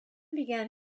began